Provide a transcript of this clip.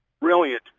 brilliant